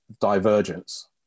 divergence